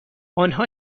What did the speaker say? آنها